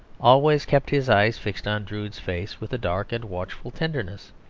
always kept his eyes fixed on drood's face with a dark and watchful tenderness